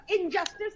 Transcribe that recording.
injustice